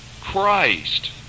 Christ